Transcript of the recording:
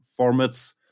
formats